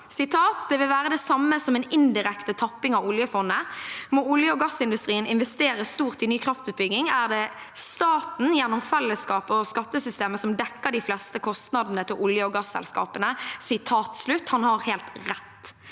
«Det vil være det samme som en indirekte tapping av oljefondet. Må olje- og gassindustrien investere stort i ny kraftutbygging, er det staten gjennom fellesskapet og skattesystemet som dekker de fleste kostnadene til olje- og gasselskapene.» – Han har helt rett.